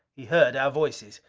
he heard our voices.